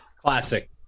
Classic